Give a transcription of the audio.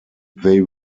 they